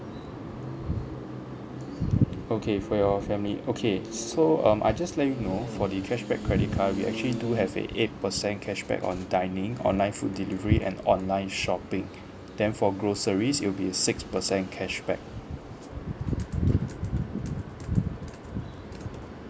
okay for your family okay so um I just let you know for the cashback credit card we actually do have a eight percent cashback on dining online food delivery an online shopping then for groceries it'll be a six percent cashback